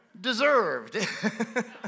deserved